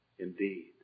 Indeed